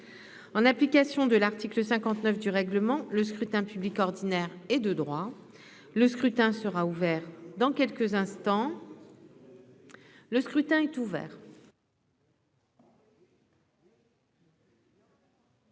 en application de l'article 59 du règlement, le scrutin public ordinaire et de droit, le scrutin sera ouvert dans quelques instants, le scrutin est ouvert.